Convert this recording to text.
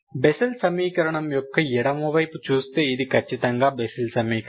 Bessel సమీకరణం యొక్క ఎడమ వైపు చూస్తే ఇది ఖచ్చితంగా బెస్సెల్ సమీకరణం